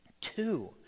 Two